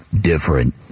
different